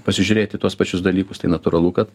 pasižiūrėt į tuos pačius dalykus tai natūralu kad